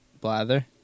Blather